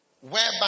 whereby